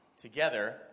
together